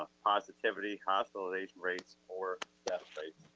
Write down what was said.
positivity, hospitalization rates or death rates.